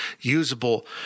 usable